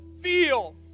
feel